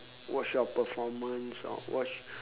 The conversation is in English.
watch your performance or watch